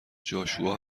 جاشوا